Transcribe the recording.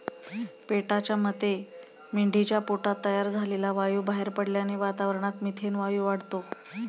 पेटाच्या मते मेंढीच्या पोटात तयार झालेला वायू बाहेर पडल्याने वातावरणात मिथेन वायू वाढतो